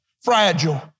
fragile